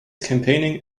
campaigning